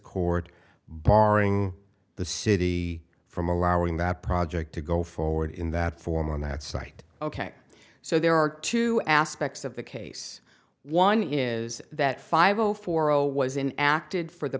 court barring the city from allowing that project to go forward in that form on that site ok so there are two aspects of the case one is that five zero four zero was in acted for the